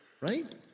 Right